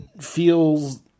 feels